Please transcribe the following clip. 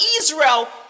Israel